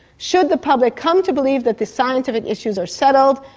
should the public come to believe that the scientific issues are settled,